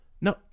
No